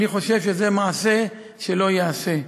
אני חושב שזה מעשה שלא ייעשה.